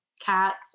cats